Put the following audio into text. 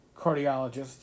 cardiologist